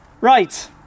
Right